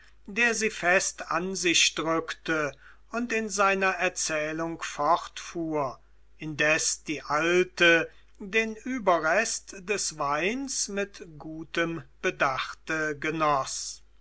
der sie fest an sich drückte und in seiner erzählung fortfuhr indes die alte den überrest des weins mit gutem bedachte genoß